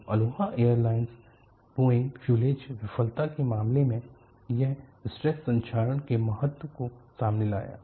तो Aloha airline Boeing fuselage विफलता के मामले में यह स्ट्रेस संक्षारण के महत्व को सामने लाया